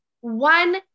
one